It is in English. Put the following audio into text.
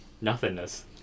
nothingness